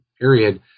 period